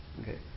Okay